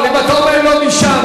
אבל אם אתה אומר לו משם,